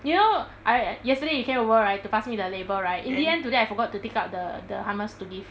you know I yesterday you came over right to pass me the label right in the end today I forgot to take out the the hummus to give